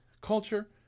Culture